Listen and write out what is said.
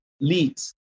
leads